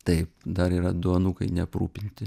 taip dar yra du anūkai neaprūpinti